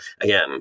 again